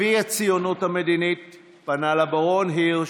אבי הציונות המדינית פנה לברון הירש,